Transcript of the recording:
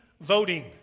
voting